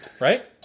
right